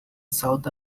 south